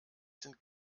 sind